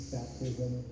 Baptism